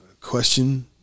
question